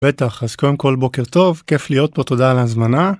בטח, אז קודם כל בוקר טוב, כיף להיות פה, תודה על ההזמנה.